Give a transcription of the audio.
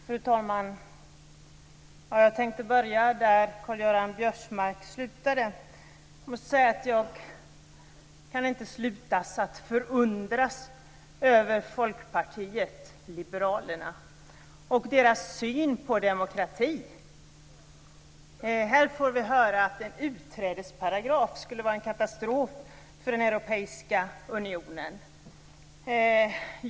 Fru talman! Jag tänkte börja där Karl-Göran Biörsmark slutade. Jag måste säga att jag inte kan sluta att förundras över Folkpartiet liberalerna och dess syn på demokrati. Här får vi höra att en utträdesparagraf skulle vara en katastrof för den europeiska unionen.